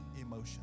emotion